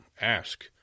ask